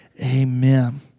amen